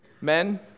Men